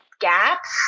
gaps